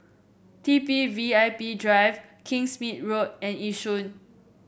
T B V I P Drive Kingsmead Road and Yishun